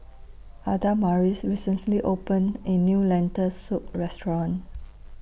Adamaris recently opened in New Lentil Soup Restaurant